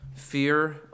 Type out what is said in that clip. Fear